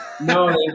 no